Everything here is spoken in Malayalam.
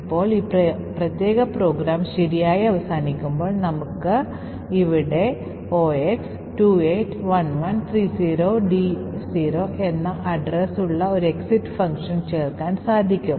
ഇപ്പോൾ ഈ പ്രത്യേക പ്രോഗ്രാം ശരിയായി അവസാനിപ്പിക്കുമ്പോൾ നമുക്ക് ഇവിടെ 0x281130d0 എന്നാ അഡ്രസ്സ് ഉള്ള ഒരു exit ഫംഗ്ഷൻ ചേർക്കാൻ സാധിക്കും